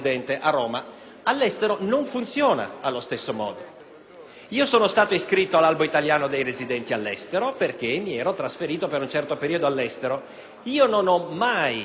Io sono stato iscritto all'Anagrafe degli italiani residenti all'estero perché mi ero trasferito per un certo periodo all'estero; non ho mai avuto dal comune estero dove risiedevo